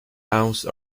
ounce